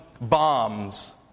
bombs